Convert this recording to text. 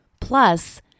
Plus